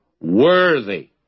worthy